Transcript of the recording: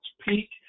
peak